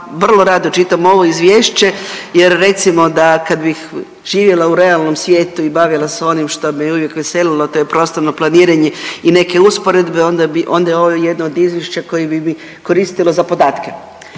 vrlo rado čitam ovo izvješće jer recimo da kad bih živjela u realnom svijetu i bavila se onim što me uvijek veselilo, a to je prostorno planiranje i neke usporedbe, onda bi, onda je ovo jedno od izvješća koje bi mi koristilo za podatke.